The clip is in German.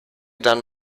dann